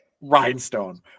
Rhinestone